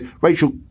Rachel